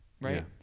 Right